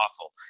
awful